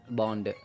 bond